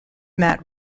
mat